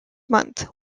month